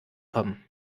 kommen